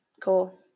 cool